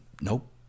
nope